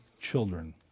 children